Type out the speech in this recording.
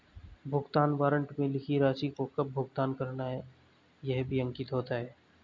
भुगतान वारन्ट में लिखी राशि को कब भुगतान करना है यह भी अंकित होता है